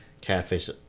catfish